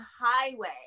highway